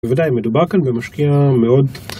בוודאי מדובר כאן במשקיע מאוד.